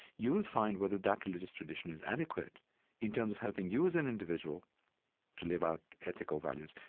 you'll find whether that religious tradition is adequate in terms of helping you as an individual to live out ethical values